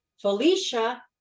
Felicia